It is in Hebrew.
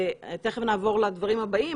תיכף נעבור לדברים הבאים,